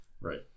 Right